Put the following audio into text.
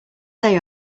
day